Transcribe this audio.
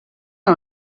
per